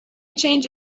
change